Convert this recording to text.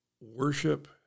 worship